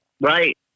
Right